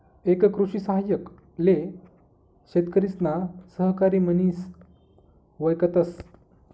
एक कृषि सहाय्यक ले शेतकरिसना सहकारी म्हनिस वयकतस